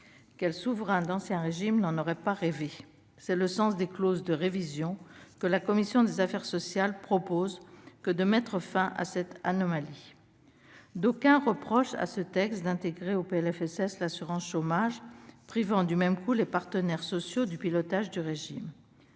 Quel souverain d'Ancien régime n'en aurait pas rêvé ? Au travers des « clauses » de révision, la commission des affaires sociales propose de mettre fin à cette anomalie. D'aucuns reprochent au texte de la commission d'intégrer au PLFSS l'assurance chômage, privant du même coup les partenaires sociaux du pilotage du régime.